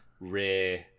rare